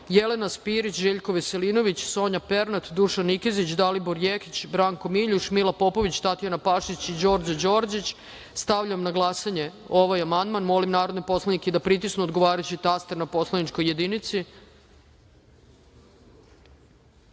Jelena Spirić, Željko Veselinović, Sonja Pernat, Dušan Nikezić, Dalibor Jekić, Branko Miljuš, Mila Popović, Tatjana Pašić i Đorđo Đorđić. Stavljam na glasanje ovaj amandman. Molim narode poslanike da pritisnu odgovarajući taster na poslaničkoj